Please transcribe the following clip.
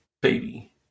baby